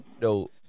No